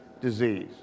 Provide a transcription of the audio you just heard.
disease